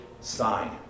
sign